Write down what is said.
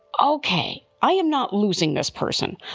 ok, i am not losing this person,